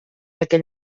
aquell